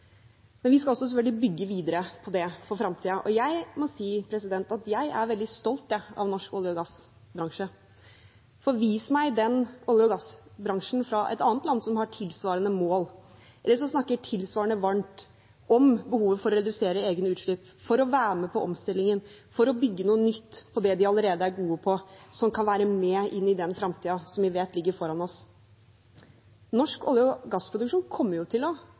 Men vi skal også selvfølgelig bygge videre på det for fremtiden. Jeg må si at jeg er veldig stolt av norsk olje- og gassbransje, for vis meg den olje- og gassbransjen fra et annet land som har tilsvarende mål, eller som snakker tilsvarende varmt om behovet for å redusere egne utslipp, for å være med på omstillingen, for å bygge noe nytt på det de allerede er gode på, som kan være med inn i den fremtiden som vi vet ligger foran oss. Norsk olje- og gassproduksjon kommer jo til å